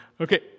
okay